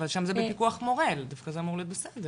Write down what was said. אבל שם זה בפיקוח מורה, דווקא זה אמור להיות בסדר.